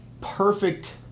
perfect